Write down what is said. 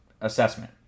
assessment